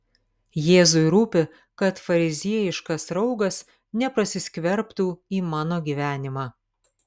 jėzui rūpi kad fariziejiškas raugas neprasiskverbtų į mano gyvenimą